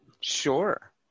Sure